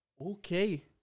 Okay